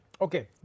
Okay